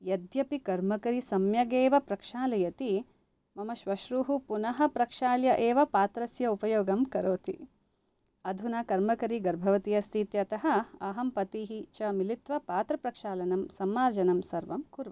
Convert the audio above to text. यद्यपि कर्मकरी सम्यगेव प्रक्षालयति मम श्वश्रुः पुनः प्रक्षाल्य एव पात्रस्य उपयोगं करोति अधुना कर्मकरी गर्भवती अस्तीत्यतः अहं पतिः च मिलित्त्वा पात्रप्रक्षालनं सम्मार्जनं सर्वं कुर्वः